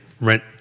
rent